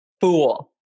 Fool